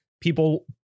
people